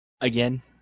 Again